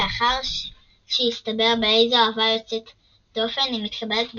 ולאחר שהסתבר באיזו אהבה יוצאת דופן היא מתקבלת בציבור,